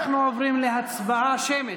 אנחנו עוברים להצבעה שמית,